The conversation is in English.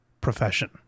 profession